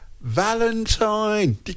Valentine